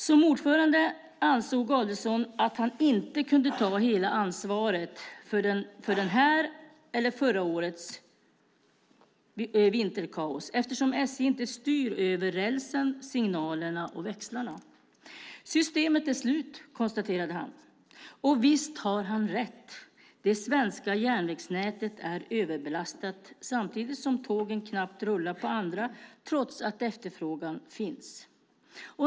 Som ordförande ansåg Adelsohn att han inte kunde ta hela ansvaret för detta års eller förra årets vinterkaos, eftersom SJ inte styr över rälsen, signalerna och växlarna. Han konstaterade att systemet är slut. Och visst har han rätt. Det svenska järnvägsnätet är överbelastat samtidigt som tågen knappt rullar på, trots att efterfrågan finns.